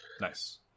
Nice